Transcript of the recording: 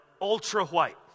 ultra-white